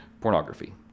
pornography